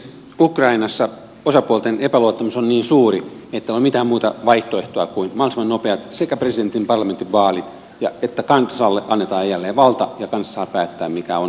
ukrainassa osapuolten epäluottamus on niin suuri että ei ole mitään muuta vaihtoehtoa kuin mahdollisimman nopeat sekä presidentin että parlamentin vaalit ja se että kansalle annetaan jälleen valta ja kansa saa päättää mikä on ukrainan suunta